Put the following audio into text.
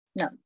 No